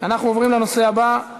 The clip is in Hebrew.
כי בכל זאת, בנושאים כל